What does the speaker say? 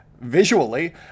visually